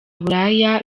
bulaya